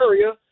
area